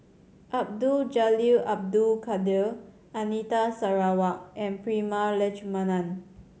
Abdul Jalil Abdul Kadir Anita Sarawak and Prema Letchumanan